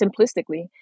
simplistically